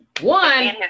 One